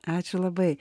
ačiū labai